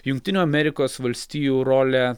jungtinių amerikos valstijų rolė